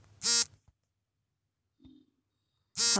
ಹವಾಮಾನ ಇಲಾಖೆಯಿಂದ ನಮಗೆ ತಿಳಿಯುವ ಮಾಹಿತಿಗಳನ್ನು ಹೆಸರಿಸಿ?